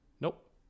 Nope